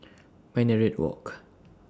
Minaret Walk